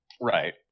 right